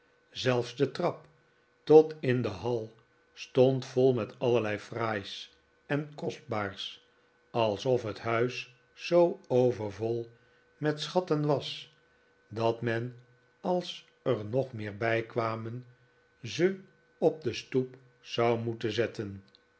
zelfs de trap tot in de hall stond vol met allerlei fraais en kostbaars alsof net huis zoo overvol met schatten was dat men als er nog meer bijkwamen ze op de stoep zou moeten zetten